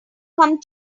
come